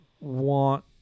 want